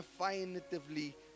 definitively